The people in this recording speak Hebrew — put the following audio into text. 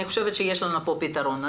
אני חושבת שיש לנו פה פתרון.